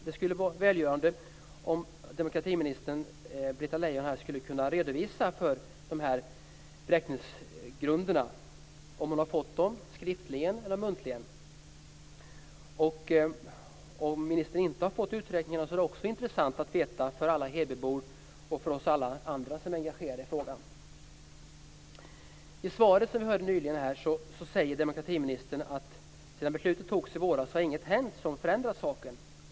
Det skulle vara välgörande om demokratiminister Britta Lejon redovisade beräkningsgrunderna - om hon har tagit del av dem - skriftligen eller muntligen. Det skulle också vara intressant för alla hebybor och för oss andra som är engagerade i frågan att få veta om hon inte har fått ta del av beräkningsgrunderna. I svaret sade demokratiministern att sedan beslutet fattades i våras har det inte hänt någonting som förändrar saken.